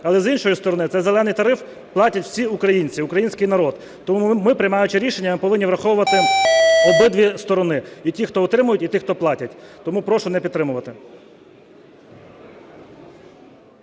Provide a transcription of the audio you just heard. але, з іншої сторони, цей "зелений" тариф платять всі українці, український народ. Тому ми, приймаючи рішення, повинні враховувати обидві сторони: і тих, то отримують, і тих, хто платять. Тому прошу не підтримувати.